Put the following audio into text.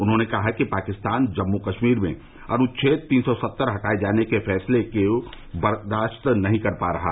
उन्होंने कहा कि पाकिस्तान जम्मू कश्मीर में अनुच्छेद तीन सौ सत्तर हटाए जाने के भारत के फैसले को बर्दाश्त नहीं कर पा रहा